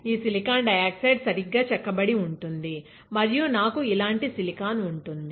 ఈ silicon dioxide సరిగ్గా చెక్కబడి ఉంటుంది మరియు నాకు ఇలాంటి సిలికాన్ ఉంటుంది